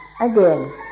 again